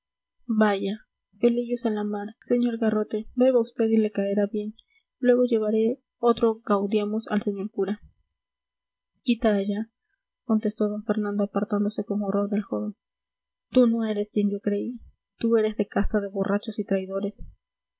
vaya pelillos a la mar sr garrote beba vd y le caerá bien luego llevaré otro gaudeamos al señor cura quita allá contestó d fernando apartándose con horror del joven tú no eres quien yo creí tú eres de casta de borrachos y traidores